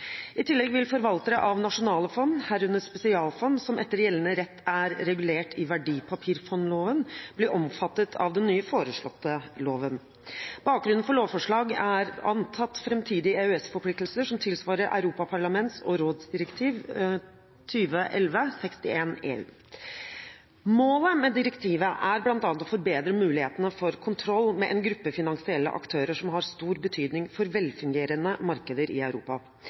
I tillegg vil forvaltere av nasjonale fond, herunder spesialfond, som etter gjeldende rett er regulert i verdipapirfondloven, bli omfattet av den nye foreslåtte loven. Bakgrunnen for lovforslaget er antatt framtidige EØS-forpliktelser som tilsvarer Europaparlaments- og rådsdirektiv 2011/61/EU. Målet med direktivet er bl.a. å forbedre mulighetene for kontroll med en gruppe finansielle aktører som har stor betydning for velfungerende markeder i Europa.